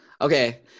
Okay